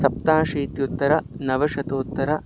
सप्ताशीत्युत्तरनवशतोत्तरम्